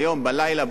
ביום ובלילה,